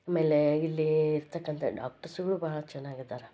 ಅಮೇಲೇ ಇಲ್ಲೀ ಇರ್ತಕ್ಕಂಥ ಡಾಕ್ಟ್ರಸುಗಳು ಬಹಳ ಚೆನ್ನಾಗಿದ್ದಾರೆ